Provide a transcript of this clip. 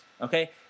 Okay